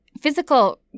physical